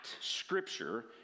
scripture